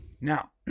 Now